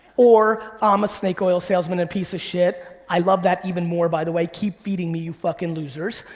or i'm um a snake oil salesman and piece of shit, i love that even more, by the way, keep feeding me you fucking losers.